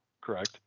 correct